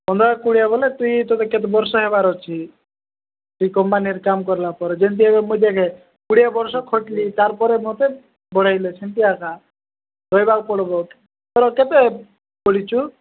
ପନ୍ଦର କୋଡ଼ିଏ ବୋଲେ ତୁଇ କେତେ ବର୍ଷ ହେବାର ଅଛି ତୁଇ କମ୍ପାନୀର କାମ କରିଲା ପରେ ଯେମିତି ଏବେ ମୁଁ ଦେଖେ କୋଡ଼ିଏ ବର୍ଷ ଖଟିଲି ତା ପରେ ମୋତେ ବଢ଼େଇଲେ ସେମିତି ଏକା ରହିବାକୁ ପଡ଼ିବ ତୋର କେତେ ଖୋଲିଛୁ